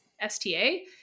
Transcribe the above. STA